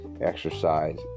exercise